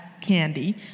candy